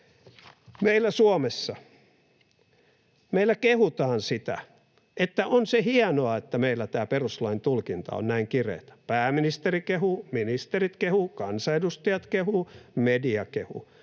Meillä Suomessa kehutaan sitä, että on se hienoa, että meillä tämä perustuslain tulkinta on näin kireätä. Pääministeri kehuu, ministerit kehuvat, kansanedustajat kehuvat, media kehuu,